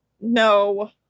no